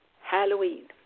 Halloween